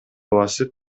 басып